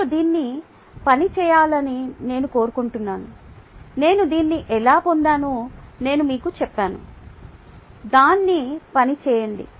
మీరు దీన్ని పని చేయాలని నేను కోరుకుంటున్నాను నేను దీన్ని ఎలా పొందానో నేను మీకు చెప్పను దాన్ని పని చేయండి